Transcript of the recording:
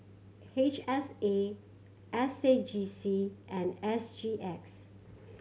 H S A S A J C and S G X